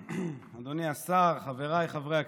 אדוני השר, חבריי חברי הכנסת,